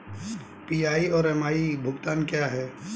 PI और MI भुगतान क्या हैं?